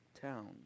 town